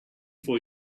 for